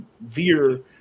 veer